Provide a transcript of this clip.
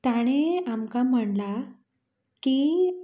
ताणें आमकां म्हणलां की